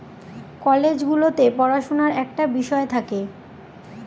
college গুলোতে পড়াশুনার একটা বিষয় থাকে